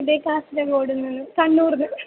ഇവിടെ കാസർഗോഡിൽ നിന്ന് കണ്ണൂരിൽ നിന്ന്